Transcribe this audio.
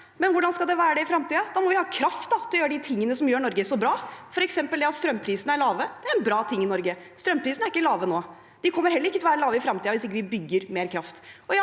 men hvordan skal det være det i fremtiden? Da må vi ha kraft til å gjøre det som gjør Norge så bra, f.eks. at strømprisene er lave. Det er bra i Norge. Strømprisene er ikke lave nå. De kommer ikke til å være lave i fremtiden hvis vi ikke bygger mer kraft.